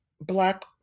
Black